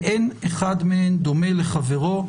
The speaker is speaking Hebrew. ואין אחד מהן דומה לחברו.